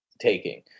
taking